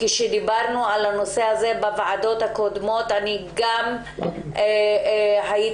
כשדיברנו על זה בישיבות הקודמות אני גם הייתי